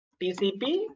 TCP